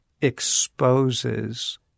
exposes